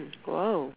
mm !wow!